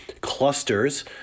clusters